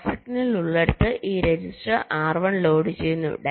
clock signal ഉള്ളിടത്ത് ഈ register R1 ലോഡുചെയ്യുന്ന